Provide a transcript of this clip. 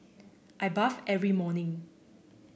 I bathe every morning